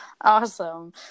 Awesome